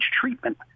treatment